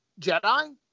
Jedi